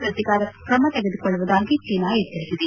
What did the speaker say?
ಪ್ರತೀಕಾರ ಕ್ರಮ ತೆಗೆದುಕೊಳ್ಳುವುದಾಗಿ ಚೀನಾ ಎಚ್ಚರಿಸಿದೆ